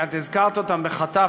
את הזכרת אותם בחטף,